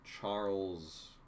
Charles